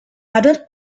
other